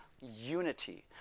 unity